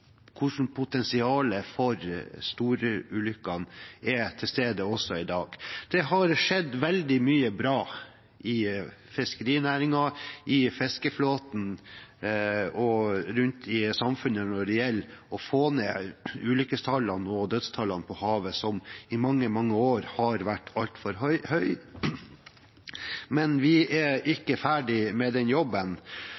potensialet for store ulykker er til stede også i dag. Det har skjedd veldig mye bra i fiskerinæringen, i fiskeflåten og i samfunnet ellers når det gjelder å få ned ulykkestallene og dødstallene på havet, som i mange år har vært altfor høye. Men vi er